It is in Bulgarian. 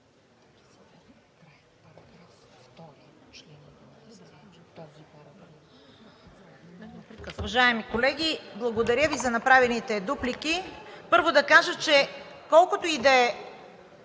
Уважаеми колеги! Благодаря Ви за направените дуплики. Първо, да кажа, че колкото и да е